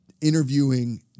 interviewing